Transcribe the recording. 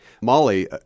Molly